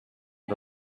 the